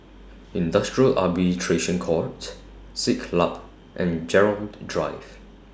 Industrial Arbitration Court Siglap and Gerald Drive